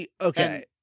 Okay